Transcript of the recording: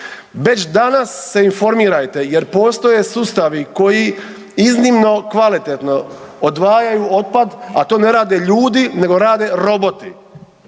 već danas se informirajte jer postoje sustavi koji iznimno kvalitetno odvajaju otpad, a to ne rade ljudi nego rade roboti.